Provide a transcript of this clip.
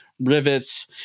Rivets